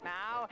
now